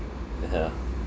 yeah